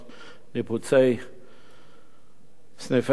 ניפוצי סניפי בנקים,